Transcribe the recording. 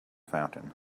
fountain